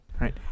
right